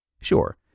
Sure